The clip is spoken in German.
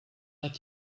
hat